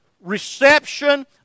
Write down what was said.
reception